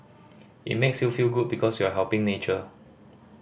it makes you feel good because you're helping nature